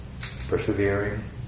persevering